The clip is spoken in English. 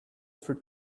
for